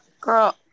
Girl